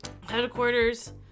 headquarters